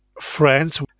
friends